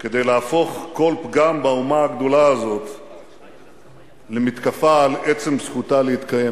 כדי להפוך כל פגם באומה הגדולה הזאת למתקפה על עצם זכותה להתקיים.